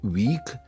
week